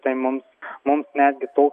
tai mums mums netgi tų